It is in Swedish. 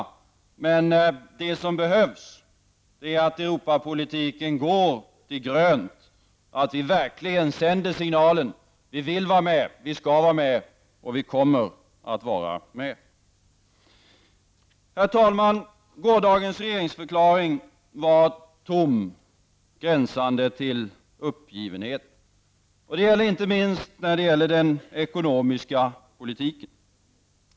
Något som verkligen skulle behövas är att Europapolitiken slår om till grönt och att vi sänder signalen om att vi vill vara med och skall vara med. Herr talman! Gårdagens regeringsförklaring var tom, gränsande till uppgivenhet. Det gäller inte minst den ekonomiska politiken.